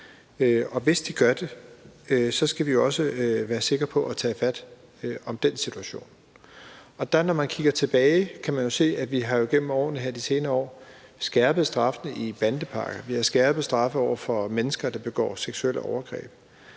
og hvis de gør det, skal vi også være sikre på, at vi tager fat om den situation. Når man kigger tilbage, kan man se, at vi i de senere år har skærpet straffene med bandepakkerne, og vi har skærpet straffene for mennesker, der begår seksuelle overgreb.